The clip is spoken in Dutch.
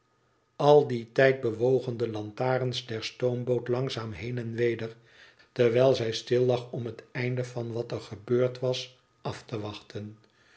al dien tijd bewogen de lantarens der stoomboot langzaam heen en weder terwijl zij stillag om het einde van wat er gebeurd was af te wachten